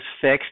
fixed